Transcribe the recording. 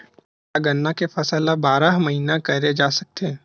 का गन्ना के फसल ल बारह महीन करे जा सकथे?